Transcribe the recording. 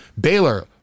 Baylor